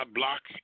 block